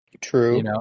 True